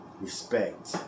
respect